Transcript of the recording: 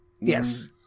Yes